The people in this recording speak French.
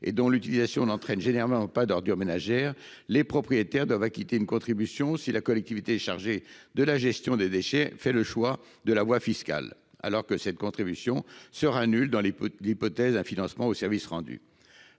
et dont l'utilisation ne produit généralement pas d'ordures ménagères, les propriétaires doivent acquitter une contribution si la collectivité chargée de la gestion des déchets fait le choix de la voie fiscale, alors que cette contribution sera nulle dans l'hypothèse d'un financement au service rendu.